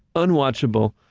unwatchable,